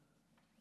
תודה.